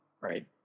right